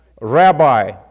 Rabbi